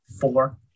four